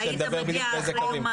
היית מגיע אחרי יומיים.